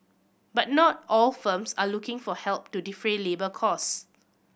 but not all firms are looking for help to defray labour costs